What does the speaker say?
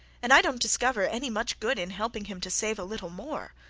and i don't discover any much good in helping him to save a little more.